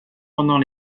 pendant